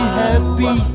happy